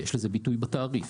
יש לזה ביטוי בתעריף.